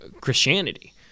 Christianity